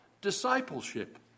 discipleship